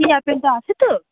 সেই আপেলটা আছে তো